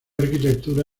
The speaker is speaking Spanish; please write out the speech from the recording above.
arquitectura